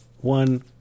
one